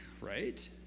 right